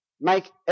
Make